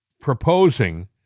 proposing